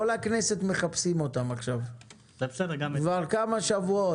כל הכנסת מחפשת אותם עכשיו, כבר כמה שבועות.